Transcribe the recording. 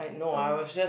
oh